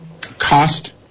Cost